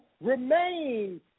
remain